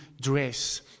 dress